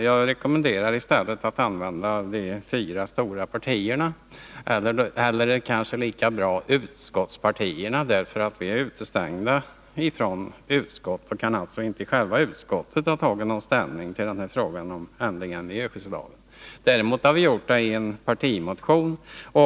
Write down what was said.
Jag rekommenderar honom i stället att använda uttrycket de fyra stora partierna eller kanske lika gärna utskottspartierna — eftersom vi är utestängda från utskotten. Vi har alltså inte i själva utskottet kunnat ta ställning i den här frågan om ändringar i miljöskyddslagen. Däremot har vi gjort det i en partimotion.